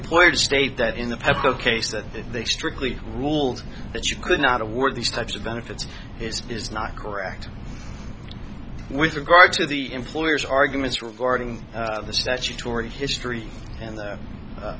employer to state that in the pepco case that if they strictly ruled that you could not award these types of benefits is is not correct with regard to the employer's arguments regarding the statutory history and the